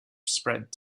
spread